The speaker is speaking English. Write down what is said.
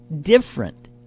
different